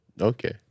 Okay